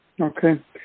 Okay